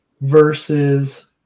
versus